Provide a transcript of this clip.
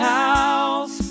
house